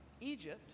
Egypt